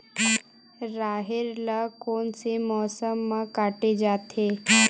राहेर ल कोन से मौसम म काटे जाथे?